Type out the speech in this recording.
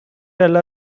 tell